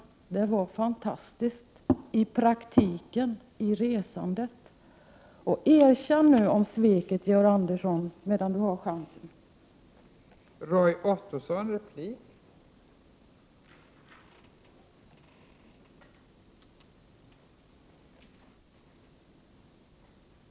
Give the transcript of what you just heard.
Resandet var där fantastiskt i praktiken. Erkänn sveket, Georg Andersson, när chansen nu finns.